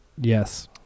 Yes